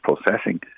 processing